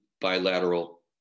bilateral